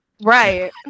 right